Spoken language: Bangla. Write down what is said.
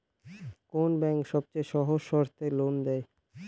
কোন ব্যাংক সবচেয়ে সহজ শর্তে লোন দেয়?